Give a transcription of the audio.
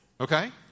Okay